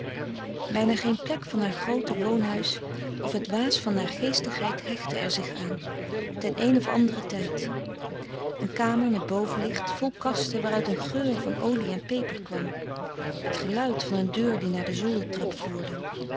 bijna geen plek van haar groote woonhuis of het waas van naargeestigheid hechtte er zich aan ten een of andere tijd een kamer met bovenlicht vol kasten waaruit een geur van olie en peper kwam het geluid van een deur die naar de zoldertrap voerde